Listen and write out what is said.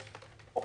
אתמול.